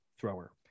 thrower